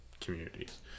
communities